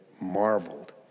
marveled